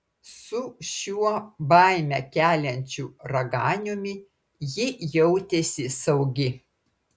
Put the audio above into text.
su šiuo baimę keliančiu raganiumi ji jautėsi saugi